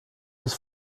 des